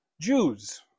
Jews